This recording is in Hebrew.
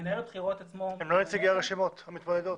מנהל הבחירות עצמו --- הם לא נציגי הרשימות המתמודדות?